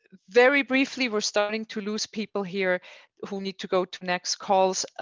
very briefly, we're starting to lose people here who need to go to next calls. ah